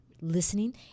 listening